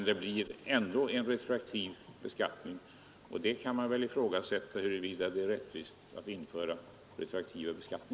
Det blir ändå en retroaktiv beskattning, och man kan väl ifrågasätta om det är rättvist att genomföra en sådan.